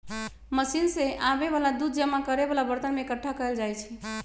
machine से आबे वाला दूध जमा करे वाला बरतन में एकट्ठा कएल जाई छई